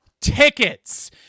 tickets